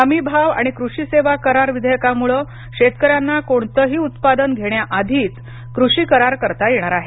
हमी भाव आणि कृषी सेवा करार विधेयकामुळ शेतकऱ्यांना कोणतही उत्पादन घेण्याआधीच कृषी करार करता येणार आहेत